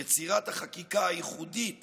יצירת החקיקה הייחודית